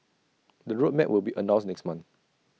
the road map will be announced next month